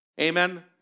Amen